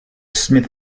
smith